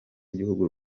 igihugu